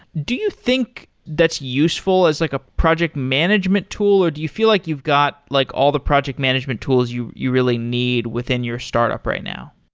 do you think that's useful as like a project management tool or do you feel like you've got like all the project management tools you you really need within your startup right now?